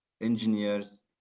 engineers